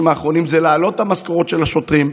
האחרונים זה להעלות את משכורות השוטרים.